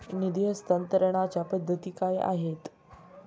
निधी हस्तांतरणाच्या पद्धती काय आहेत?